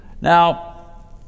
Now